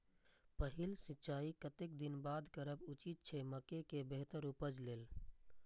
पहिल सिंचाई कतेक दिन बाद करब उचित छे मके के बेहतर उपज लेल?